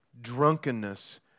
drunkenness